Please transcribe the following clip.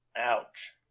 ouch